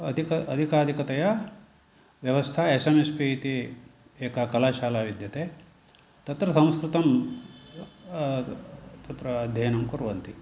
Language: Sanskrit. अधिक अधिकाधिकतया व्यवस्था एस् एम् एस् पि एका कलाशाला विद्यते तत्र संस्कृतं तत्र अध्ययनं कुर्वन्ति